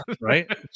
Right